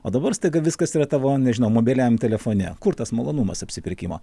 o dabar staiga viskas yra tavo nežinau mobiliajam telefone kur tas malonumas apsipirkimo